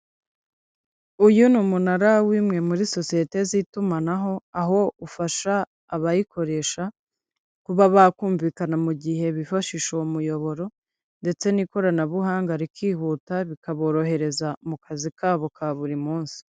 Uyu ni umunara w'imwe muri sosiyete z'itumanaho aho ufasha abayikoresha kuba bakumvikana mu gihe bifashisha uwo muyoboro ndetse n'ikoranabuhanga rikihuta bikaborohereza mu kazi kabo ka buri munsi.